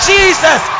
Jesus